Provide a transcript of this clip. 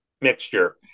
mixture